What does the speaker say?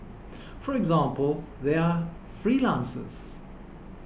for example they are freelancers